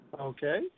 okay